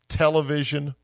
television